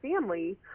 family